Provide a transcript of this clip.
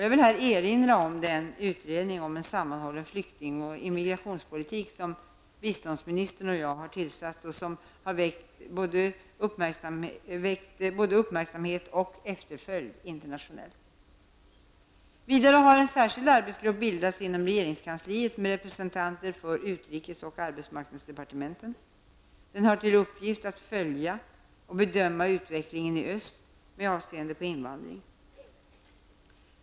Jag vill här erinra om den utredning om en sammanhållen flykting och immigrationspolitik som biståndsministern och jag tillsatt och som har väckt både uppmärksamhet och efterföljd internationellt. Vidare har en särskild arbetsgrupp bildats inom regeringskansliet med representanter för utrikesoch arbetsmarknadsdepartementen. Den har till uppgift att följa och bedöma utvecklingen i öst med avseende på invandring.